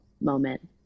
moment